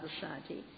Society